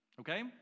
Okay